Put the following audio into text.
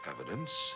evidence